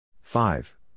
five